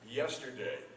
yesterday